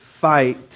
fight